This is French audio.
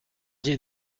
dié